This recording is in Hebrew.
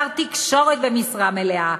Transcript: שר תקשורת במשרה מלאה?